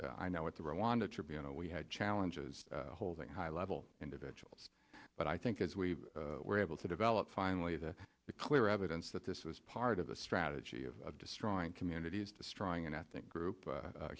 i know what the rwanda tribunal we had challenges holding high level individuals but i think as we were able to develop finally the clear evidence that this was part of a strategy of destroying communities destroying an ethnic group